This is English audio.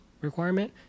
requirement